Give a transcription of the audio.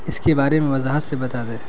اس کے بارے میں وضاحت سے بتا دیں